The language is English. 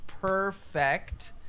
perfect